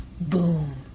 boom